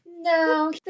No